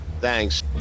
Thanks